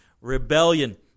rebellion